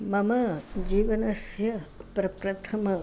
मम जीवनस्य प्रप्रथमम्